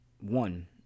One